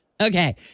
Okay